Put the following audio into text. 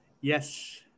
Yes